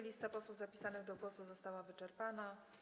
Lista posłów zapisanych do zabrania głosu została wyczerpana.